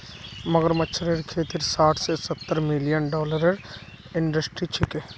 मगरमच्छेर खेती साठ स सत्तर मिलियन डॉलरेर इंडस्ट्री छिके